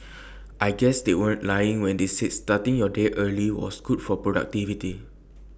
I guess they weren't lying when they said starting your day early was good for productivity